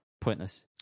pointless